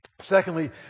Secondly